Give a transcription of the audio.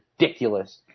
ridiculous